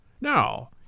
Now